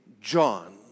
John